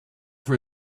for